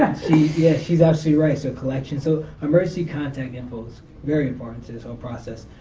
yeah, she's absolutely right. so, collections. so, emergency contact info is very important to this whole process.